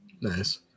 Nice